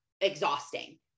exhausting